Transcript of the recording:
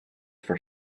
for